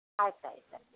ಆಯ್ತು ಆಯ್ತು ಆಯ್ತು